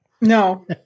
No